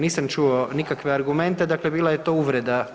Nisam čuo nikakve argumente, dakle bila je to uvreda.